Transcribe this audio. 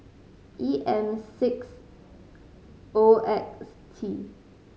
E M six O X T